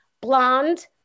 blonde